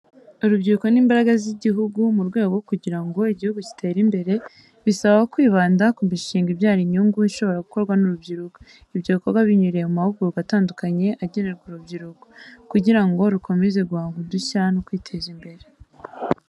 Urubyiruko ni imbaraga z'iguhugu. Mu rwego rwo kugira ngo igihugu gitere imbere bisaba kwibanda ku mishinga ibyara inyungu ishobora gukorwa n'urubyiruko. Ibyo bikorwa binyuriye mu mahugurwa atandukanye agenerwa urubyiruko, kugira ngo rukomeze guhanga udushya no kwiteza imbere.